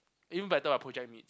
even better our project mates